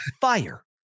fire